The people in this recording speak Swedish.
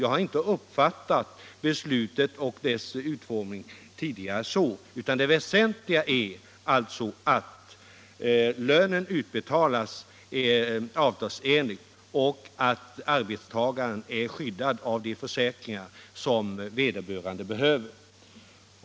Jag har inte tidigare uppfattat beslutet och dess utformning så. Det väsentliga är alltså att lönen utbetalas avtalsenligt och att arbetstagaren är skyddad av de försäkringar som vederbörande behöver.